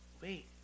Wait